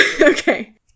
Okay